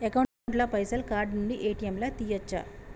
Account ల పైసల్ card నుండి ఏ.టి.ఎమ్ లా తియ్యచ్చా?